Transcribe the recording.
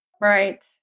Right